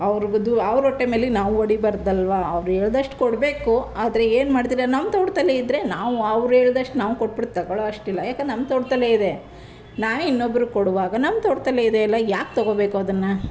ಅವರು ಅವ್ರ ಹೊಟ್ಟೆ ಮೇಲೆ ನಾವು ಹೊಡಿಬಾರ್ದಲ್ವ ಅವರು ಹೇಳ್ದಷ್ಟು ಕೊಡಬೇಕು ಆದರೆ ಏನು ಮಾಡ್ತೀರ ನಮ್ಮ ತೋಟದಲ್ಲೇ ಇದ್ದರೆ ನಾವು ಅವ್ರು ಹೇಳ್ದಷ್ಟು ನಾವು ಕೊಟ್ಬಿಟ್ಟು ತೊಗೊಳ್ಳುವಷ್ಟು ಇಲ್ಲ ಏಕೆ ನಮ್ಮ ತೋಟದಲ್ಲೇ ಇದೆ ನಾವೇ ಇನ್ನೊಬ್ರಿಗೆ ಕೊಡುವಾಗ ನಮ್ಮ ತೋಟದಲ್ಲೇ ಇದೆ ಅಲ್ಲ ಯಾಕೆ ತೊಗೊಳ್ಬೇಕು ಅದನ್ನು